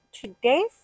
Today's